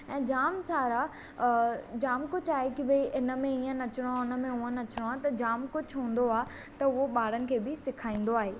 ऐं जाम सारा जाम कुझु आहे कि भई हिन में हीअं नचिणो आहे हुन में हूअं नचिणो आहे त जाम कुझु हूंदो आहे त उहो ॿारनि खे बि सेखारींदो आहे